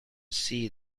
see